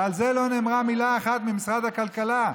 ועל זה לא נאמרה מילה אחת במשרד הכלכלה.